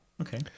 okay